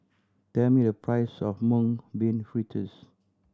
tell me the price of Mung Bean Fritters